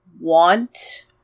want